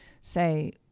say